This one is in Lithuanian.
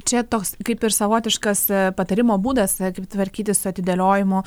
čia toks kaip ir savotiškas patarimo būdas kaip tvarkytis su atidėliojimu